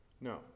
No